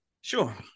Sure